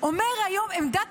אומרת היום עמדת